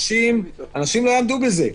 אנשים לא יעמדו בזה.